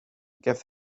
give